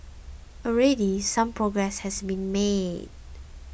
already some progress has been made